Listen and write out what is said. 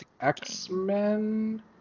X-Men